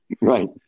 Right